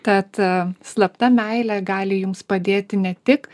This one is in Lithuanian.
tad slapta meilė gali jums padėti ne tik